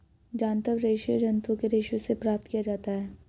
जांतव रेशे जंतुओं के रेशों से प्राप्त किया जाता है